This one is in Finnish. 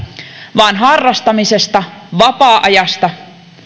vaan olemme puhuneet harrastamisesta vapaa ajasta